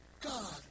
God